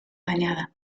dañada